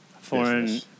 foreign